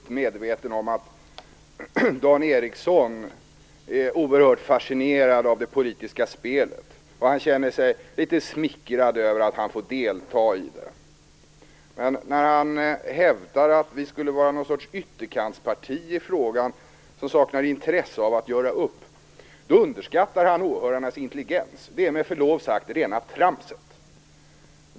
Fru talman! Jag är i och för sig fullt medveten om att Dan Ericsson är oerhört fascinerad av det politiska spelet och känner sig smickrad över att han får delta i det. Men när han hävdar att vi skulle vara något sorts ytterkantsparti i frågan, som saknar intresse av att göra upp, underskattar han åhörarnas intelligens. Det är, med förlov sagt, rena tramset.